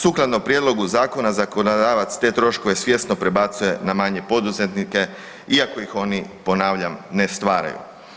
Sukladno prijedlogu zakona, zakonodavac te troškove svjesno prebacuje na manje poduzetnike, iako ih oni, ponavljam, ne stvaraju.